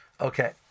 Okay